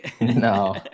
No